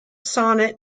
sonnet